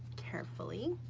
carefully.